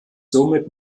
somit